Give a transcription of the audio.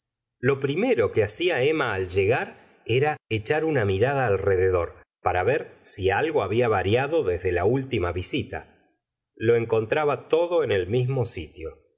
lo primero que hacía emma al llegar era echar una mirada alrededor para ver si algo había variado desde la última visita lo encontraba todo en el la iscora de boyare ergall mismo sitio